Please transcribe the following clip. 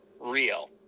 real